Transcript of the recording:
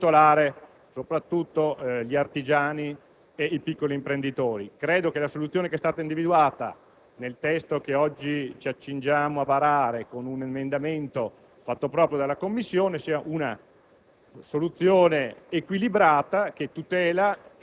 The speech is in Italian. le *lobbies* delle ex municipalizzate, da colossi che possono stritolare soprattutto gli artigiani ed i piccoli imprenditori. La soluzione che è stata individuata nel testo che oggi ci accingiamo a varare, con un emendamento fatto proprio dalla Commissione, è a